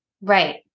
Right